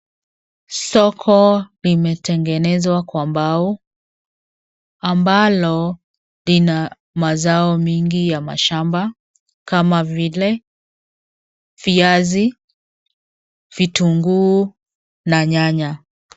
Soko limetengenezwa kwa mbao ambalo lina mazao mingi ya mashamba kama vile viazi, vitunguu na nyanya.